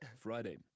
Friday